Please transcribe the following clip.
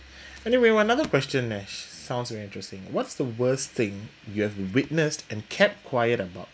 anyway one another question Dinesh sounds very interesting what's the worst thing you have witnessed and kept quiet about